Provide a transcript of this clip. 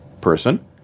person